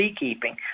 beekeeping